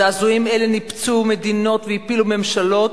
זעזועים אלה ניפצו מדינות והפילו ממשלות